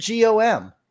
GOM